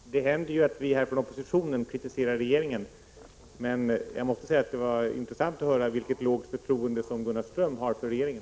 Herr talman! Det händer ju att vi här från oppositionen kritiserar regeringen, men jag måste säga att det var intressant att höra vilket lågt förtroende Gunnar Ström har för regeringen.